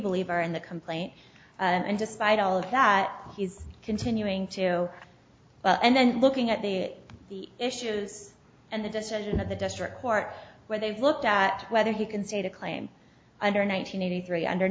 believe are in the complaint and despite all of that he's continuing to and looking at the the issues and the decision of the district court where they've looked at whether he can say to claim under nine hundred eighty three under